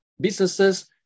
businesses